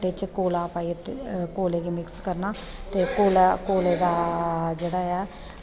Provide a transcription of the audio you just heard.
बिच कोला पाइयै कोलै ई मिक्स करना ते कोला कोलै दा जेह्ड़ा ऐ